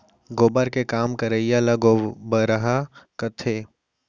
गोबर के काम करइया ल गोबरहा कथें